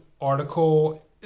article